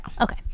Okay